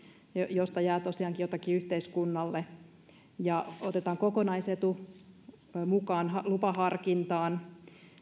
josta jää tosiaankin jotakin yhteiskunnalle otetaan kokonaisetu mukaan lupaharkintaan